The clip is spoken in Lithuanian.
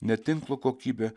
ne tinklo kokybė